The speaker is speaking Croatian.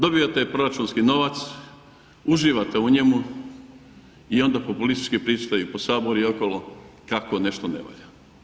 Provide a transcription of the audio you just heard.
Dobivate proračunski novac, uživate u njemu i onda populistički pričate i po Saboru i okolo kako nešto ne valja.